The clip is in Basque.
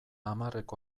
hamarreko